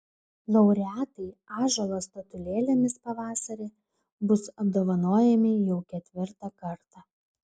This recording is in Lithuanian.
laureatai ąžuolo statulėlėmis pavasarį bus apdovanojami jau ketvirtą kartą